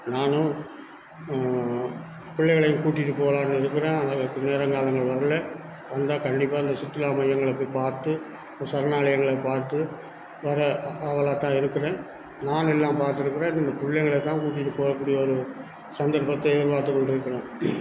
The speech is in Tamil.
நானும் பிள்ளைகளையும் கூட்டிகிட்டு போகலான்னு இருக்கிறேன் அதுக்கு நேரம் காலங்கள் வரலை வந்தால் கண்டிப்பாக அந்த சுற்றுலா மையங்களை போய் பார்த்து அந்த சரணாலயங்களை பார்த்து வர ஆவலாக தான் இருக்கிறேன் நானும் எல்லாம் பார்த்துக்கறேன் இந்த பிள்ளைங்கள தான் கூட்டிகிட்டு போகக்கூடிய ஒரு சந்தர்ப்பத்தை எதிர்பார்த்து கொண்டிருக்கிறேன்